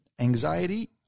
anxiety